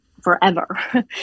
forever